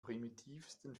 primitivsten